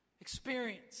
experience